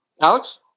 Alex